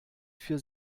für